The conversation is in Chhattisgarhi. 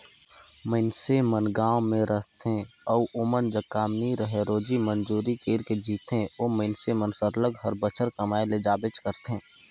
मइनसे मन गाँव में रहथें अउ ओमन जग काम नी रहें रोजी मंजूरी कइर के जीथें ओ मइनसे मन सरलग हर बछर कमाए ले जाबेच करथे